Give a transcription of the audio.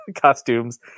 costumes